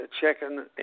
checking